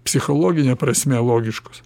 psichologine prasme logiškus